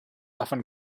often